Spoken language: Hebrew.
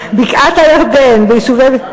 או בבקעת-הירדן, ביישובי,